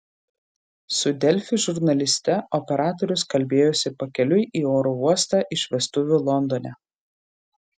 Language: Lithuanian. su delfi žurnaliste operatorius kalbėjosi pakeliui į oro uostą iš vestuvių londone